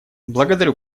благодарю